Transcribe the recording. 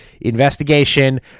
investigation